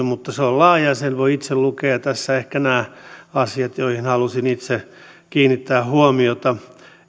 mutta se on laaja ja sen voi itse lukea tässä ehkä nämä asiat joihin halusin itse kiinnittää huomiota